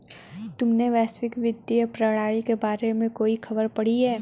तुमने वैश्विक वित्तीय प्रणाली के बारे में कोई खबर पढ़ी है?